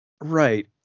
Right